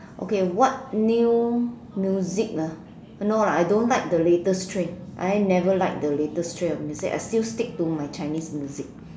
okay what new music ah no lah I don't like the latest trend I never liked the latest trend of music I still stick to my Chinese music